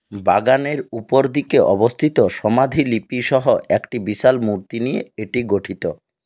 বাগানের উপরদিকে অবস্থিত সমাধিলিপি সহ একটি বিশাল মূর্তি নিয়ে এটি গঠিত